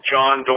John